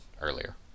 earlier